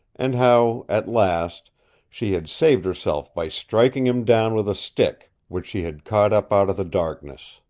and how at last she had saved herself by striking him down with a stick which she had caught up out of the darkness.